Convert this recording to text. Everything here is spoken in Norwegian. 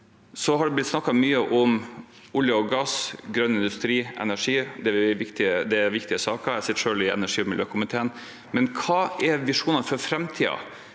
Det har blitt snakket mye om olje og gass, grønn industri og energi. Det er viktige saker – jeg sitter selv i energi- og miljøkomiteen. Men hva er visjonene for framtiden?